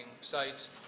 sites